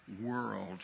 world